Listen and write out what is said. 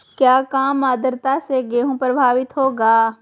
क्या काम आद्रता से गेहु प्रभाभीत होगा?